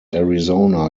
arizona